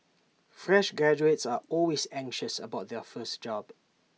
fresh graduates are always anxious about their first job